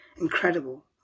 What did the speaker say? incredible